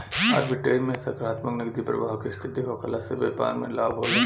arbitrage में सकारात्मक नगदी प्रबाह के स्थिति होखला से बैपार में लाभ होला